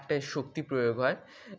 একটা শক্তি প্রয়োগ হয়